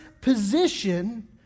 position